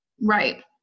Right